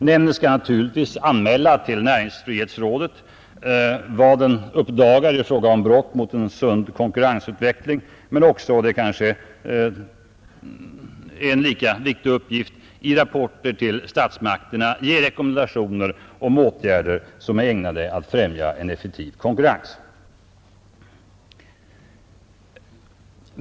Nämnden skall naturligtvis anmäla till näringsfrihetsrådet vad den uppdagar i fråga om brott mot en sund konkurrensutveckling. Den skall också — och det är kanske en lika viktig uppgift — i rapporter till statsmakterna ge rekommendationer om åtgärder som är ägnade att främja en effektiv konkurrens.